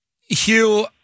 Hugh